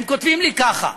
הם כותבים לי ככה:"